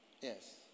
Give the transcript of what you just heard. Yes